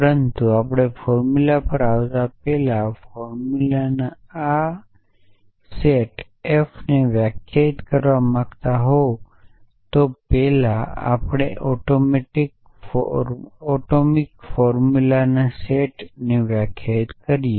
પરંતુ આપણે ફોર્મુલા પર આવતા પહેલા ફોર્મુલાના આ સેટ એફને વ્યાખ્યાયિત કરવા માંગતા હો તે પહેલાં આપણે એટોમિક ફોર્મુલાના સેટ એ વ્યાખ્યાયિત કરીએ